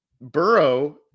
Burrow